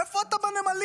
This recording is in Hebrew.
איפה אתה בנמלים?